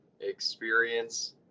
experience